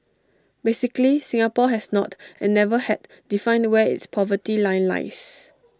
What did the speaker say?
basically Singapore has not and never had defined where its poverty line lies